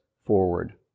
forward